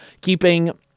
keeping